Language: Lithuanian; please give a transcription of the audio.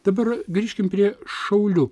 dabar grįžkim prie šaulių